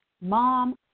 mom